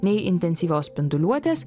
nei intensyvios spinduliuotės